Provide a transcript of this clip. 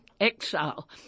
exile